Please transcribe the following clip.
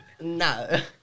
no